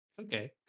Okay